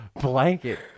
blanket